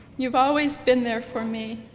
you've always been there for me,